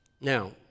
Now